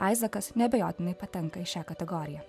aizakas neabejotinai patenka į šią kategoriją